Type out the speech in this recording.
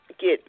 get